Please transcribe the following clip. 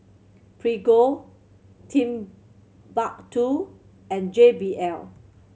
Prego Timbuk Two and J B L